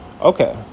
Okay